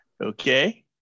Okay